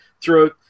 throughout